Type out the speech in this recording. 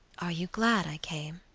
are you glad i came?